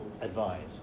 advised